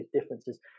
differences